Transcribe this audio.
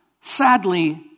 Sadly